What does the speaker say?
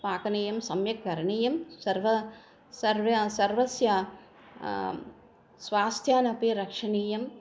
पाकनीयं सम्यक् करणीयं सर्वं सर्वं सर्वस्य स्वास्थ्यमपि रक्षणीयं